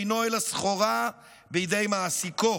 אינו אלא סחורה בידי מעסיקו,